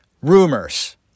Rumors